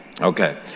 Okay